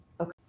Okay